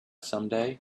someday